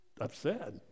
upset